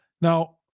Now